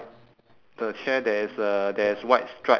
and it's visible for us it's two legs right